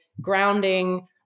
grounding